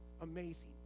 amazing